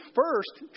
first